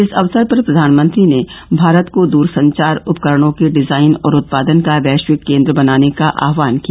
इस अवसर पर प्रधानमंत्री ने भारत को द्रसंचार उपकरणों के डिजाइन और उत्पादन का वैश्विक केन्द्र बनाने का आह्वान किया